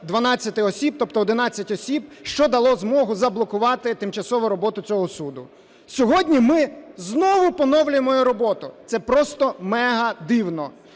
12 осіб, тобто 11 осіб, що дало змогу заблокувати тимчасово роботу цього суду. Сьогодні ми знову поновлюємо його роботу. Це просто мега дивно.